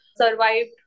survived